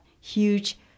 huge